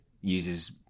uses